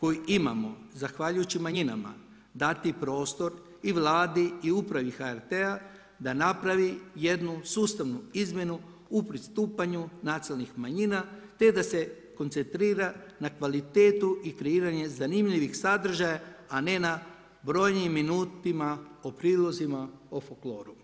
koju imamo zahvaljujući manjinama dati prostor i Vladi i Upravi HRT-a da napravi jednu sustavnu izmjenu u pristupanju nacionalnih manjina te da se koncentrira na kvalitetu i kreiranje zanimljivih sadržaja, a ne na brojnim minutama o prilozima o folkloru.